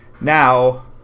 Now